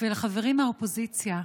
והחברים מהאופוזיציה,